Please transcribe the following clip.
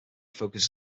focuses